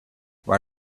why